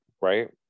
right